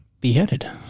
Beheaded